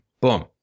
Boom